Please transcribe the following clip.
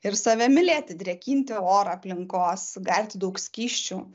ir save mylėti drėkinti orą aplinkos gerti daug skysčių